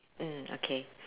mm okay